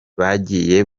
bagiye